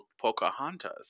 Pocahontas